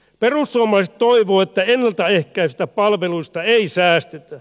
perussuomalaiset toivovat että ennalta ehkäisevistä palveluista ei säästetä